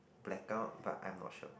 blackout but I'm not sure